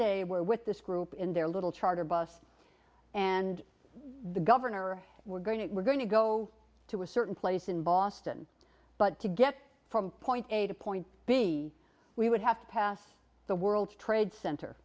day we're with this group in their little charter bus and the governor we're going to we're going to go to a certain place in boston but to get from point a to point b we would have to pass the world trade cent